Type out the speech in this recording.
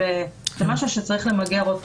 זה משהו שצריך למגר.